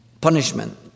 Punishment